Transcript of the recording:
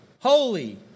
Holy